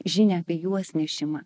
žinią apie juos nešimą